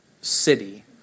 city